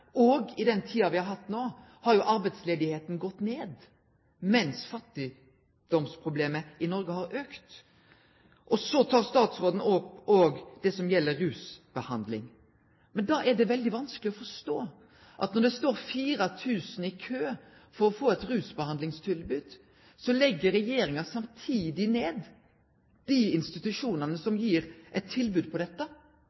I den tida me har hatt no, har jo arbeidsløysa gått ned, mens fattigdomsproblemet i Noreg har auka. Så tek statsråden opp òg det som gjeld rusbehandling. Men da er det veldig vanskeleg å forstå at regjeringa, når det står 4 000 i kø for å få eit rusbehandlingstilbod, samtidig legg ned dei institusjonane